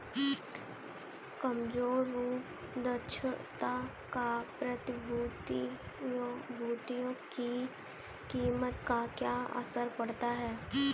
कमजोर रूप दक्षता का प्रतिभूतियों की कीमत पर क्या असर पड़ता है?